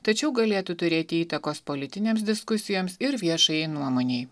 tačiau galėtų turėti įtakos politinėms diskusijoms ir viešajai nuomonei